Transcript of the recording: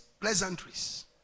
pleasantries